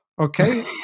Okay